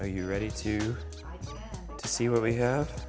are you ready to see what we have